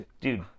Dude